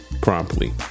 promptly